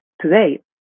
Today